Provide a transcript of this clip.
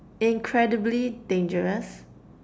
incredibly dangerous